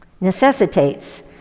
necessitates